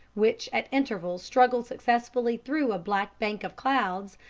which at intervals struggled successfully through a black bank of clouds,